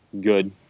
good